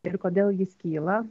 ir kodėl jis kyla